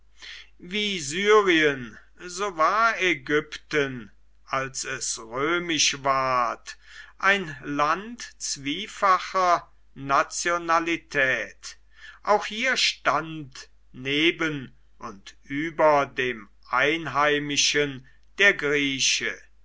wie syrien so war ägypten als es römisch ward ein land zwiefacher nationalität auch hier stand neben und über dem einheimischen der grieche